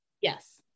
Yes